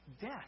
Death